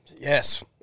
Yes